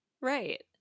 Right